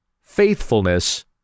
faithfulness